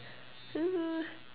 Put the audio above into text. uh